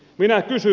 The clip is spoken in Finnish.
minä kysyn